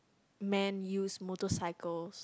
man use motorcycles